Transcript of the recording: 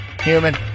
Human